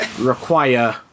require